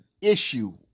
issue